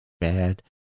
bad